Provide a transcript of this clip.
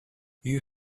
you